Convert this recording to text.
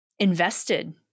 invested